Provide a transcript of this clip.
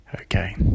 Okay